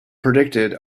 predicted